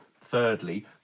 thirdly